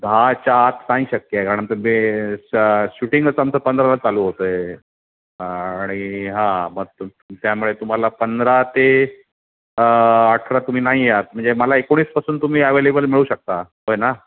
दहाच्या आत नाही शक्य कारण आमचं बे शूटिंगच आमचं पंधराला चालू होतं आहे आणि हां मग त्यामुळे तुम्हाला पंधरा ते अठरा तुम्ही नाहीआत म्हणजे मला एकोणीसपासून तुम्ही अवेलेबल मिळू शकता होय ना